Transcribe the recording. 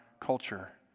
culture